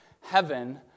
heaven